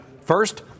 First